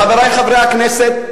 חברי חברי הכנסת,